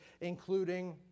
including